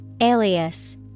Alias